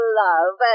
love